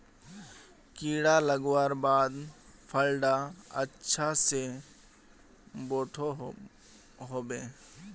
कीड़ा लगवार बाद फल डा अच्छा से बोठो होबे?